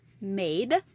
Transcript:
made